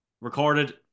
recorded